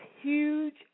huge